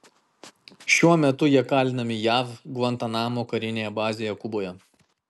šiuo metu jie kalinami jav gvantanamo karinėje bazėje kuboje